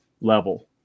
level